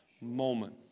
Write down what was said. moment